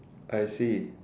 I see